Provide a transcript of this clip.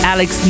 Alex